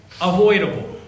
avoidable